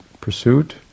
pursuit